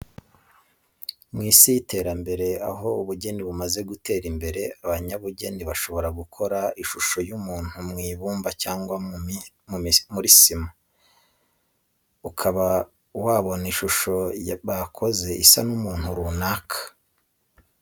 Mu Isi y'iterambere aho ubugeni bumaze gutera imbere, abanyabugeni bashobora gukora ishusho y'umuntu mu ibumba cyangwa muri sima, ukaba wabona ishusho bakoze isa n'umuntu runaka. Ibi rero bishimisha abayitegereza kandi bikaba byatunga ubikora bikamubera akazi ka buri munsi.